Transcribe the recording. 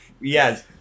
yes